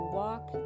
walk